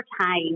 time